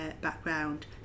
background